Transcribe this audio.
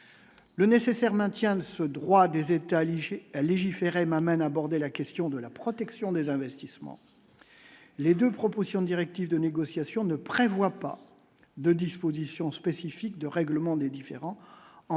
le nécessaire maintien de ce droit des États Alisher légiférer amène aborder la question de la protection des investissements, les 2 propositions directives de négociation ne prévoit pas de dispositions spécifiques de règlement des différends